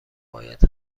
باید